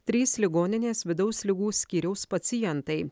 trys ligoninės vidaus ligų skyriaus pacientai